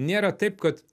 nėra taip kad